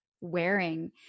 wearing